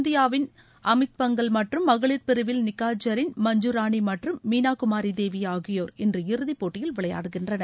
இந்தியாவின் அமீத் பங்கல் மற்றும் மகளிர் பிரிவில் நிக்காத் ஐரீன் மஞ்சு ராணி மற்றும் மீனா குமாரி தேவி ஆகியோர் இன்று இறுதி போட்டியில் விளையாடுகின்றனர்